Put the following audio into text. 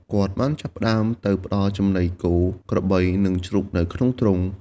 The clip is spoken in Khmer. គាត់បានចាប់ផ្តើមទៅផ្តល់ចំណីគោ ក្របី និងជ្រូកនៅក្នុងទ្រុង។